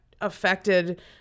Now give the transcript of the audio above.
affected